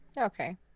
Okay